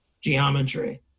geometry